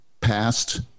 past